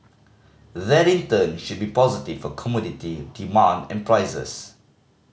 that in turn should be positive for commodity demand and prices